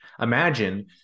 Imagine